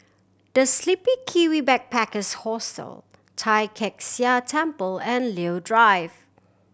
The Sleepy Kiwi Backpackers Hostel Tai Kak Seah Temple and Leo Drive